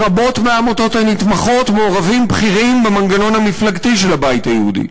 ברבות מהעמותות הנתמכות מעורבים בכירים במנגנון המפלגתי של הבית היהודי.